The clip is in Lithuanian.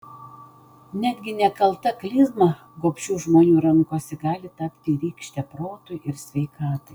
netgi nekalta klizma gobšių žmonių rankose gali tapti rykšte protui ir sveikatai